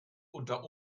unter